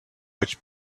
which